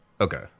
okay